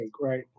right